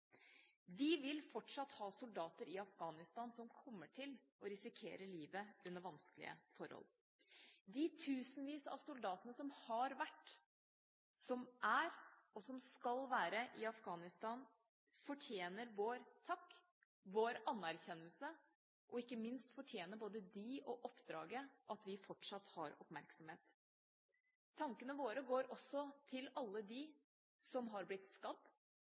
vil fortsatt ha soldater i Afghanistan som kommer til å risikere livet under vanskelige forhold. De tusenvis av soldater som har vært, som er, og som skal være i Afghanistan, fortjener vår takk, vår anerkjennelse, og ikke minst fortjener både de og oppdraget at vi fortsatt har oppmerksomhet. Tankene våre går også til alle dem som har blitt skadd,